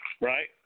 Right